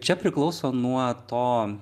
čia priklauso nuo to